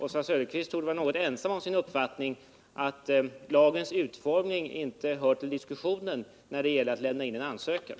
Oswald Söderqvist torde vara något ensam om sin uppfattning att lagens utformning inte hör till diskussionen när det gäller att lämna in en ansökan.